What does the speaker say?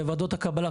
בוועדות הקבלה,